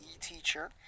teacher